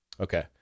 Okay